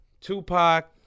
Tupac